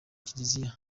kiliziya